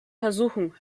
versuchen